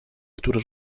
który